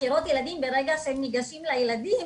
חקירות ילדים ברגע שהם ניגשים לילדים,